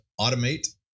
automate